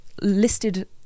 listed